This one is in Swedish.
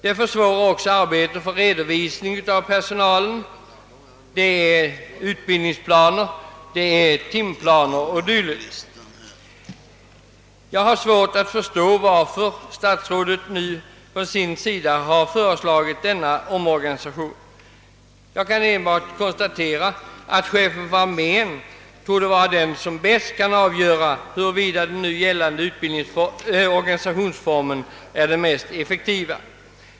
Det försvårar också arbetet med redovisning av personal, med utbildningsplaner, timplaner o. d. Jag har svårt att förstå varför statsrådet föreslagit denna omorganisation. Jag kan enbart konstatera att chefen för armén torde vara den som bäst kan avgöra huruvida den nu gällande organisationsformen är den mest effektiva.